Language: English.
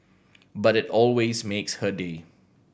but it always makes her day